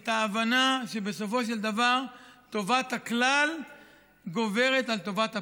את ההבנה שבסופו של דבר טובת הכלל גוברת על טובת הפרט.